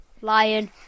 Lion